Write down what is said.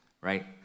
right